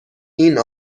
این